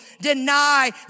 deny